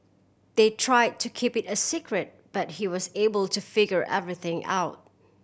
they try to keep it a secret but he was able to figure everything out